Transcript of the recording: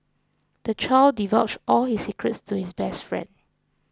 the child divulged all his secrets to his best friend